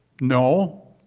no